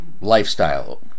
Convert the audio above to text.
lifestyle